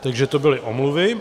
Takže to byly omluvy.